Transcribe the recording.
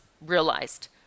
realized